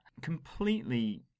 Completely